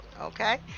Okay